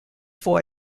for